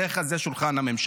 בדרך כלל זה שולחן הממשלה,